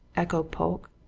echoed polke.